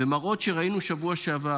מראות שראינו שבוע שעבר,